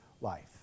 life